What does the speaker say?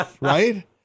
Right